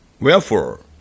Wherefore